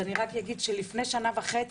אז אני רק אגיד שלפני שנה וחצי,